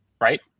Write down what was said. Right